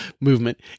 movement